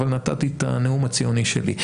אבל נתתי את הנאום הציוני שלי.